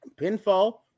Pinfall